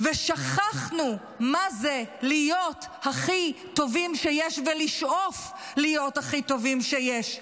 שכחנו מה זה להיות הכי טובים שיש ולשאוף להיות הכי טובים שיש.